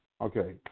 Okay